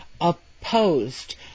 opposed